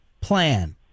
plan